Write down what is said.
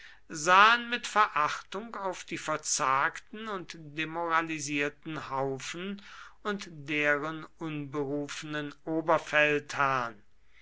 sahen mit verachtung auf die verzagten und demoralisierten haufen und deren unberufenen